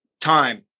time